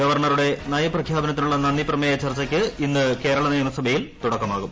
ഗവർണറുടെ നയപ്രഖ്യാപനത്തിനുള്ള നന്ദി പ്രമേയ ചർച്ചയ്ക്ക് ഇന്ന് കേരള നിയമസഭയിൽ തുടക്കമാകും